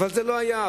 אבל זה לא היה,